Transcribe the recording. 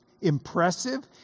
impressive